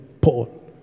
Paul